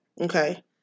Okay